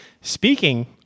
Speaking